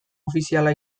ofiziala